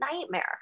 nightmare